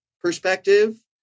perspective